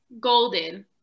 golden